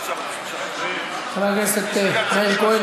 חבר הכנסת מאיר כהן,